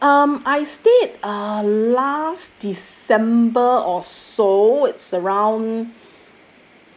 um I stayed uh last december or so it's around